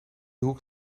hoek